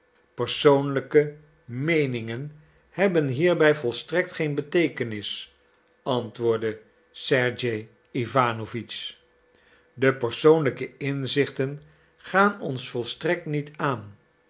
persoonlijke meeningen hebben hierbij volstrekt geen beteekenis antwoordde sergej iwanowitsch de persoonlijke inzichten gaan ons volstrekt niet aan